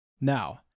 Now